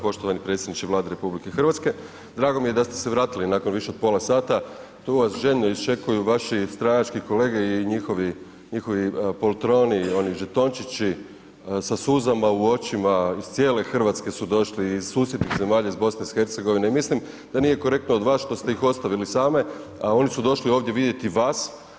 Poštovani predsjedniče Vlade RH, drago mi je da ste se vratili nakon više od pola sata, tu vas željno iščekuju vaši stranački kolege i njihovi poltroni, oni žetončići sa suzama u očima, iz cijele Hrvatske su došli i iz susjednih zemalja iz BiH-a i mislim da nije korektno od vas što ste ih ostavili same a oni su došli ovdje vidjeti vas.